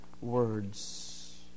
words